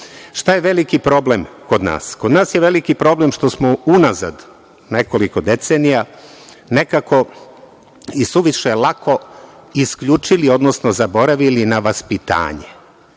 je veliki problem kod nas? Kod nas je veliki problem što smo unazad nekoliko decenija nekako isuviše lako isključili, odnosno zaboravili na vaspitanje